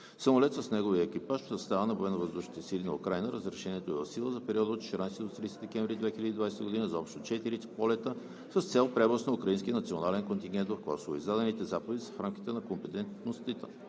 Самолет с неговия екипаж се оставя на Военновъздушните сили на Украйна. Разрешението е в сила за периода от 14 до 30 декември 2020 г. за общо четири полета с цел превоз на украински национален контингент в Косово. Издадените заповеди са в рамките на компетентността